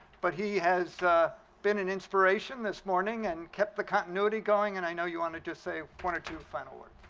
but he has been an inspiration this morning and kept the continuity going, and i know you wanted to say one or two final words.